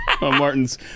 martin's